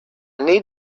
need